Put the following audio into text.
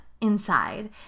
inside